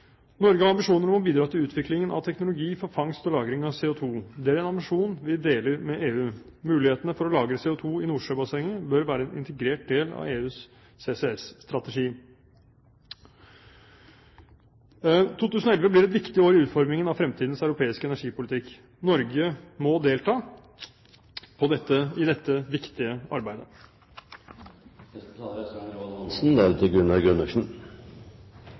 Norge har ambisjoner om å bidra til utviklingen av teknologi for fangst og lagring av CO2. Det er en ambisjon vi deler med EU. Mulighetene for å lagre CO2 i Nordsjøbassenget bør være en integrert del av EUs CCS-strategi. 2011 blir et viktig år i utformingen av fremtidens europeiske energipolitikk. Norge må delta i dette viktige arbeidet.